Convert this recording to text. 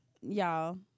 y'all